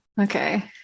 Okay